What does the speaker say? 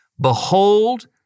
Behold